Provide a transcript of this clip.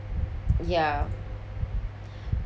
ya